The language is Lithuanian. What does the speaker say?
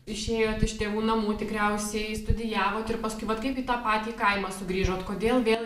išėjot iš tėvų namų tikriausiai studijavot ir paskui vat kaip į tą patį kaimą sugrįžot kodėl vėl